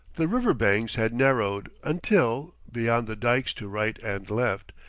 the river-banks had narrowed until, beyond the dikes to right and left,